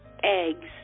Eggs